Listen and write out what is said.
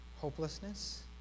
hopelessness